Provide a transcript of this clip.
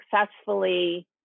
successfully